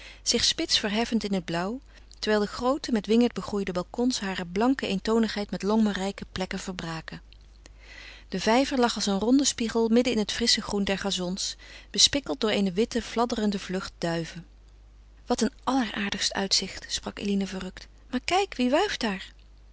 zich spits verheffen in het blauw terwijl de groote met wingerd begroeide balcons hare blanke eentonigheid met lommerrijke plekken verbraken de vijver lag als een ronde spiegel midden in het frissche groen der gazons bespikkeld door eene witte fladderende vlucht duiven wat een alleraardigst uitzicht sprak eline verrukt maar kijk wie wuift daar